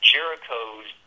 Jericho's